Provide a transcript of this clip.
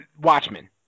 Watchmen